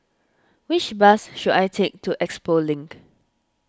which bus should I take to Expo Link